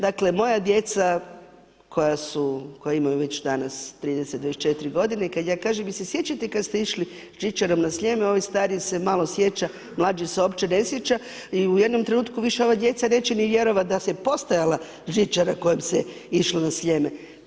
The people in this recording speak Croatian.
Dakle, moja djeca koja imaju već danas 30 i 24 g. i kad ja kažem jel' se sjećate kad ste išli žičarom na Sljeme, ovaj stariji se malo sjeća, mlađi se uopće ne sjeća i u jednom trenutku više ova djeca neće ni vjerovat da je postojala žičara kojom se išlo na Sljeme.